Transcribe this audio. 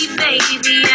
baby